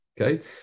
Okay